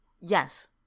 Yes